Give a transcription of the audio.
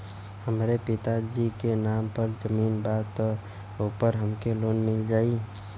हमरे पिता जी के नाम पर जमीन बा त ओपर हमके लोन मिल जाई?